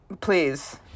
Please